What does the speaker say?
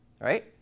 right